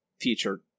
future